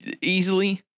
easily